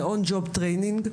זה און-ג'וב-טריינינג,